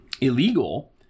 illegal